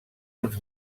uns